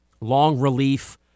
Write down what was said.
long-relief